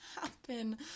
happen